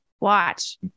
Watch